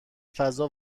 فضا